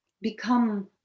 become